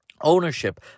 Ownership